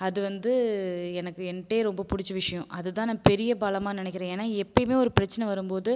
அது வந்து எனக்கு என்டேயே ரொம்ப பிடிச்ச விஷயம் அது தான் நா பெரிய பலமாக நினைக்கிறேன் ஏன்னா எப்பையுமே ஒரு பிரச்சனை வரும்போது